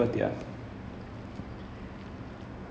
mm இறுதி சுற்று பாத்தேன் நல்லா இருந்தது:iruthi suttru paathaen nallaa irunthathu